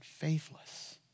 faithless